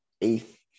eighth